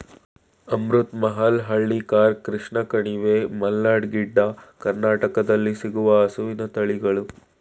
ಅಮೃತ್ ಮಹಲ್, ಹಳ್ಳಿಕಾರ್, ಕೃಷ್ಣ ಕಣಿವೆ, ಮಲ್ನಾಡ್ ಗಿಡ್ಡ, ಕರ್ನಾಟಕದಲ್ಲಿ ಸಿಗುವ ಹಸುವಿನ ತಳಿಗಳು